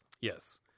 Yes